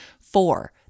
Four